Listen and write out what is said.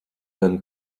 than